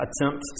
attempt